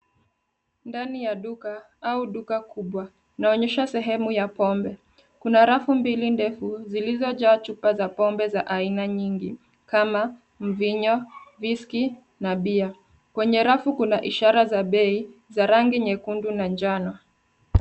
Ndani ya duka au duka kubwa, inaonyeshwa sehemu ya pombe. Kuna rafu mbili ndefu zilizojaa chupa za pombe za aina nyingi kama mvinyo, whiskey na beer . Kwenye rafu kuna ishara za bei za rangi nyekundu na njano.